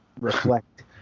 reflect